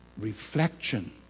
Reflection